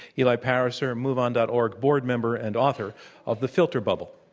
eli pariser, moveon. and org, board member and author of the filter bubble.